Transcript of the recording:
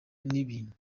n’ibindi